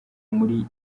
muri